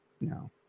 no